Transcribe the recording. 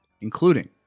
including